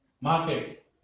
market